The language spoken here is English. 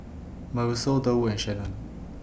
Marisol Durwood and Shannen